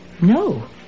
No